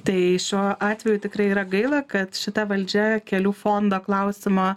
tai šiuo atveju tikrai yra gaila kad šita valdžia kelių fondo klausimą